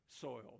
soil